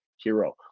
Hero